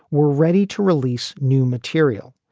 were ready to release new material.